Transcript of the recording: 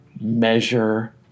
measure